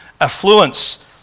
Affluence